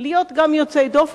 להיות גם יוצאי-דופן,